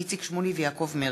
איציק שמולי ויעקב מרגי.